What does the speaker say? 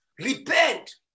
Repent